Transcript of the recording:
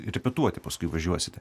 repetuoti paskui važiuosite